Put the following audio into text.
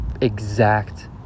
exact